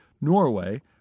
Norway